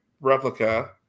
replica